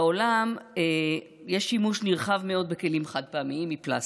בעולם יש שימוש נרחב מאוד בכלים חד-פעמיים מפלסטיק,